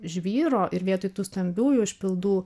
žvyro ir vietoj tų stambiųjų užpildų